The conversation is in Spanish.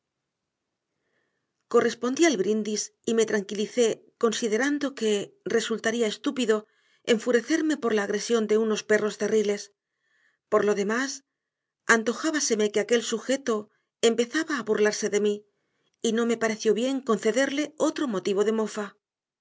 correspondí al brindis y me tranquilicé considerando que resultaría estúpido enfurecerme por la agresión de unos perros cerriles por lo demás antojábaseme que aquel sujeto empezaba a burlarse de mí y no me pareció bien concederle otro motivo de mofa